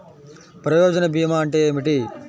ప్రయోజన భీమా అంటే ఏమిటి?